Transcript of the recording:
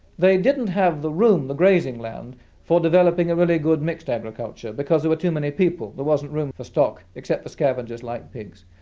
they didn't have the room, the grazing land for developing a really good mixed agriculture, because there were too many people, there wasn't room for stock, except for scavengers like pigs.